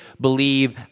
believe